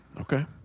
Okay